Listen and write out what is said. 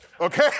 okay